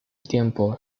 tiempo